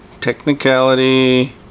Technicality